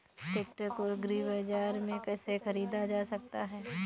Tractor को agri बाजार से कैसे ख़रीदा जा सकता हैं?